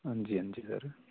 हां जी हां जी सर